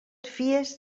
fies